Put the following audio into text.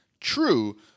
True